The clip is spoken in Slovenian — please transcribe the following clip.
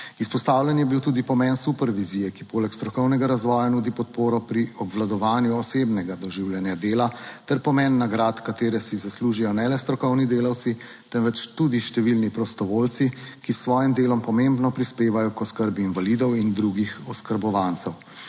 Izpostavljen je bil tudi pomen super vizije, ki poleg strokovnega razvoja nudi podporo pri obvladovanju osebnega doživljanja dela ter pomen nagrad. katere si zaslužijo ne le strokovni delavci, temveč tudi številni prostovoljci, ki s svojim delom pomembno prispevajo k oskrbi invalidov in drugih oskrbovancev.